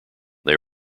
they